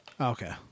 Okay